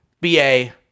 B-A